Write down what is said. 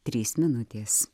trys minutės